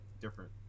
different